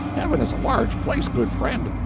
heaven is a large place, good friend.